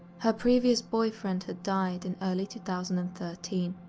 her previous boyfriend had died in early two thousand and thirteen.